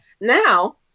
Now